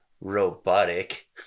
robotic